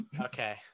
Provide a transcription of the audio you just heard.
Okay